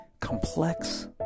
complex